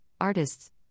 artists